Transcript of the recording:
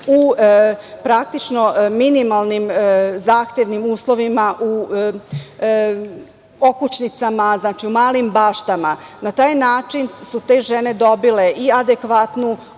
u praktično minimalnim zahtevnim uslovima, okućnicama u malim baštama i na taj način su te žene dobile adekvatnu obuku